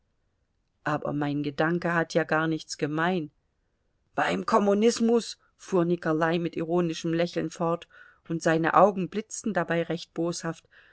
aber mein gedanke hat ja gar nichts gemein beim kommunismus fuhr nikolai mit ironischem lächeln fort und seine augen blitzten dabei recht boshaft